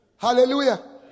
Hallelujah